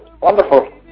wonderful